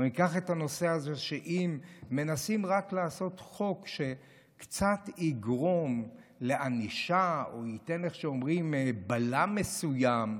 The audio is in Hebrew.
אם מנסים רק לעשות חוק שקצת יגרום לענישה או ייתן בלם מסוים,